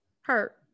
Hurt